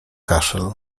kaszel